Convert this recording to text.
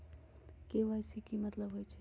KYC के कि मतलब होइछइ?